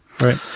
Right